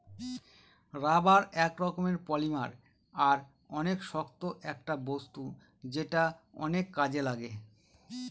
rubber এক রকমের polymer আর অনেক শক্ত একটা বস্তু যেটা অনেক কাজে লাগে